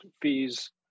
fees